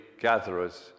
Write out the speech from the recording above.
gatherers